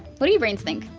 what do you brains think?